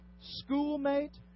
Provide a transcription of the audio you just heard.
Schoolmate